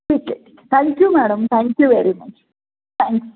ठीक आहे ठीक आहे thank you madam thank you very much thank you